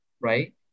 right